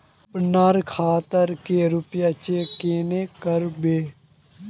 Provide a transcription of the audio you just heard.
अपना खाता के रुपया चेक केना करबे?